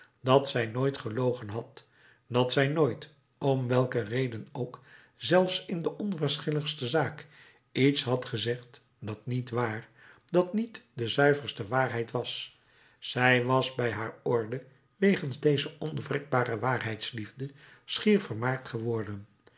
dat zij nooit gelogen had dat zij nooit om welke reden ook zelfs in de onverschilligste zaak iets had gezegd dat niet waar dat niet de zuiverste waarheid was zij was bij haar orde wegens deze onwrikbare waarheidsliefde schier vermaard geworden